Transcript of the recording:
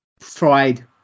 fried